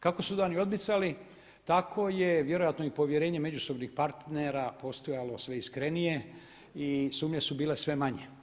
Kako su dani odmicali tako je vjerojatno i povjerenje međusobnih partnera postajalo sve iskrenije i sumnje su bile sve manje.